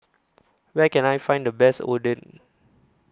Where Can I Find The Best Oden